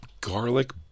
garlic